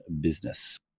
business